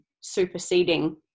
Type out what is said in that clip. superseding